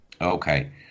Okay